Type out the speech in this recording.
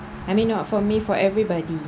I mean not for me for everybody